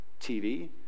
TV